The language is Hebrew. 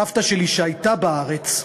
סבתא שלי, שהייתה בארץ,